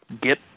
get